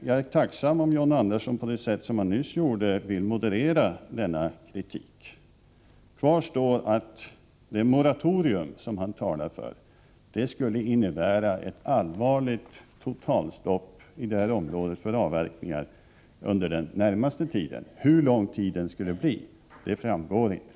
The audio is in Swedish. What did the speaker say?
Jag är tacksam om John Andersson vill moderera denna kritik på det sätt som han nyss gjorde. Kvar står att det moratorium som John Andersson talar för skulle innebära ett allvarligt totalstopp i det här området för avverkningar under den närmaste tiden. Hur lång tiden skulle bli framgår inte.